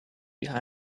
behind